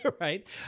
Right